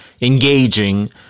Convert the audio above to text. engaging